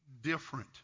different